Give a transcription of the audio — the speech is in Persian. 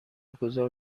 گذار